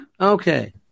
Okay